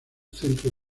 centro